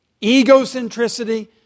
Egocentricity